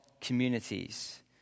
communities